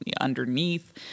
underneath